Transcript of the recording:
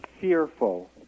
fearful